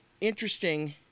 interesting